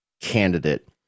candidate